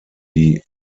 die